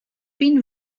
been